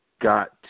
got